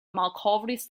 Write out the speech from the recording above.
malkovris